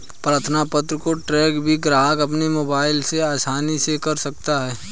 प्रार्थना पत्र को ट्रैक भी ग्राहक अपने मोबाइल से आसानी से कर सकता है